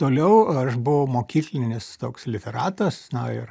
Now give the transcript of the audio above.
toliau aš buvau mokyklinis toks literatas na ir